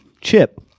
chip